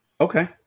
Okay